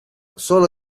solo